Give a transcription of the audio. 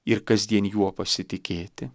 ir kasdien juo pasitikėti